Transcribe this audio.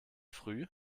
früh